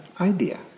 idea